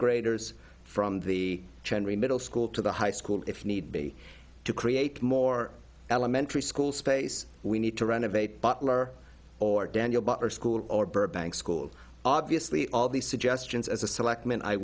graders from the middle school to the high school if need be to create more elementary school space we need to renovate butler or daniel butler school or burbank school obviously all these suggestions as